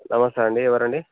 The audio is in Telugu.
నమస్తే అండి ఎవరండీ